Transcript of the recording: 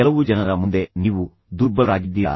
ಕೆಲವು ಜನರ ಮುಂದೆ ನೀವು ದುರ್ಬಲರಾಗಿದ್ದೀರಾ